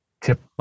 Tip